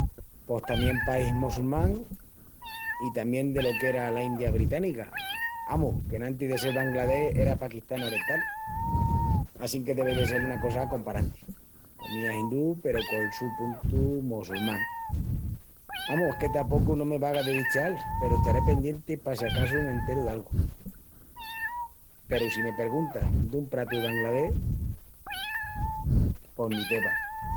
Pos tamién país mossulmán i tamién delo qu'era la India Británica. Amus, qu'enantis de sel Bangladés, era Pakistán Orental. Assínque devi de sel una cosa comparanti. Comía hindú peru col su puntu mossulmán. Amus, es que tapocu no me vaga de bicheal peru estaré pendienti pa si acasu m'enteru d'algu. Peru si me perguntas dun pratu de Bangladés, pos ni peba.